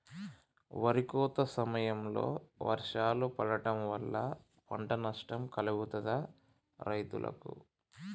వరి కోత సమయంలో వర్షాలు పడటం వల్ల పంట నష్టం కలుగుతదా రైతులకు?